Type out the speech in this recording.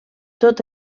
tot